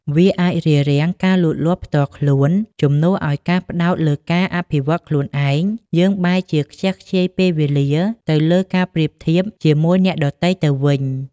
វាអាចរារាំងការលូតលាស់ផ្ទាល់ខ្លួន ជំនួសឲ្យការផ្តោតលើការអភិវឌ្ឍខ្លួនឯង យើងបែរជាខ្ជះខ្ជាយពេលវេលា ទៅលើការប្រៀបធៀបជាមួយអ្នកដទៃទៅវិញ។